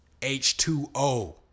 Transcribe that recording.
H2O